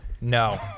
no